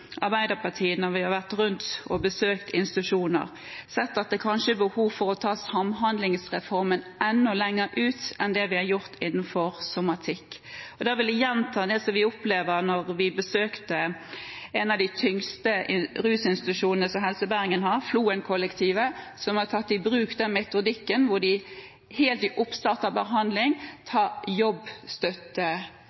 Arbeiderpartiet – når vi har vært rundt og besøkt institusjoner – sett at det kanskje er behov for å ta samhandlingsreformen enda lenger ut enn det vi har gjort innenfor somatikk. Da vil jeg gjenta det vi opplevde da vi besøkte en av de tyngste rusinstitusjonene som Helse Bergen har, Floenkollektivet, som har tatt i bruk den metodikken hvor de helt i oppstarten av behandling